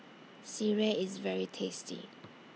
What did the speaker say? Sireh IS very tasty